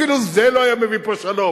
אפילו זה לא היה מביא פה שלום.